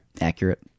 Accurate